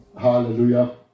Hallelujah